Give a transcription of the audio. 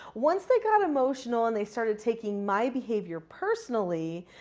once they got emotional and they started taking my behavior personally,